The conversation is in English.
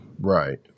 right